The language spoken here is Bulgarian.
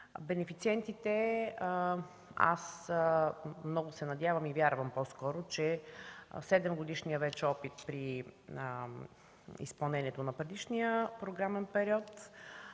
Бенефициентите, аз много се надявам и вярвам, че седемгодишният вече опит при изпълнението на предишния програмен период